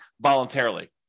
voluntarily